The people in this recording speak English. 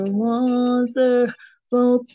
wonderful